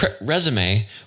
resume